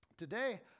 Today